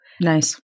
Nice